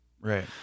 Right